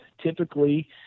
Typically